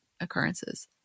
occurrences